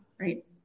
right